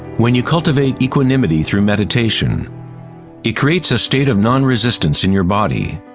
when you cultivate equanimity through meditation it creates a state of non-resistance in your body.